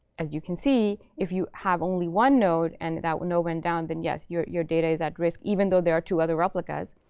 as you can see, if you have only one node and that node went down, then, yes, your your data is at risk, even though there are two other replicas